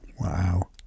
wow